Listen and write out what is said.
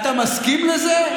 אתה מסכים לזה?